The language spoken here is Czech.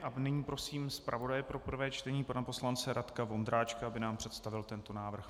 A nyní prosím zpravodaje pro prvé čtení pana poslance Radka Vondráčka, aby nám představil tento návrh.